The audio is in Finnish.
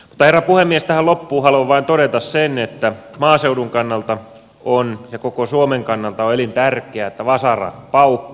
tähän loppuun haluan vain todeta sen että maaseudun kannalta ja koko suomen kannalta on elintärkeää että vasara paukkuu